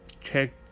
check